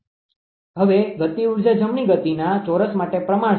હવે ગતિ ઉર્જા જમણી ગતિના ચોરસ માટે પ્રમાણસર છે